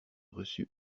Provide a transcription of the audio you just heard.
reçu